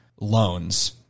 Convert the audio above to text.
loans